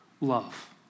love